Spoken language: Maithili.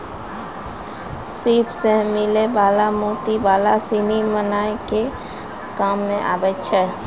सिप सें मिलै वला मोती माला सिनी बनाय के काम में आबै छै